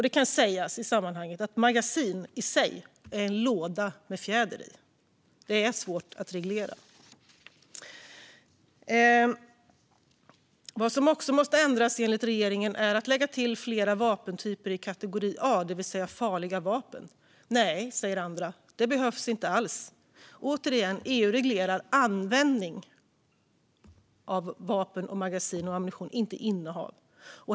Det ska i sammanhanget sägas att ett magasin i sig är en låda med en fjäder i, och det är svårt att reglera. Regeringen vill också lägga till fler vapentyper i kategori A, det vill säga farliga vapen. Nej, säger andra, det behövs inte alls. EU reglerar användning av vapen, magasin och ammunition, inte innehav.